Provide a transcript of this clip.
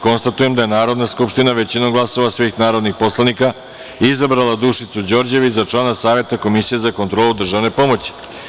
Konstatujem da je Narodna skupština većinom glasova svih narodnih poslanika izabrala Dušicu Đorđević za člana Saveta Komisije za kontrolu državne pomoći.